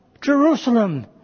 Jerusalem